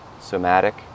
somatic